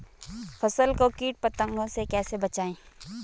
फसल को कीट पतंगों से कैसे बचाएं?